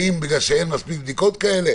האם כי אין מספיק בדיקות כאלה?